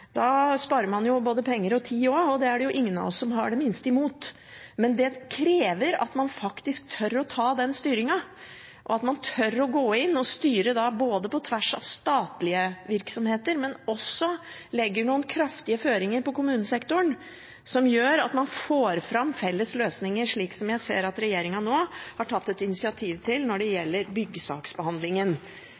Da sparer man jo både penger og tid også, og det er det ingen av oss som har det minste imot. Men det krever at man tør å ta styringen, at man tør å gå inn og styre på tvers av statlige virksomheter, men også legger noen kraftige føringer på kommunesektoren som gjør at man får fram felles løsninger, slik jeg ser at regjeringen nå har tatt et initiativ til når det gjelder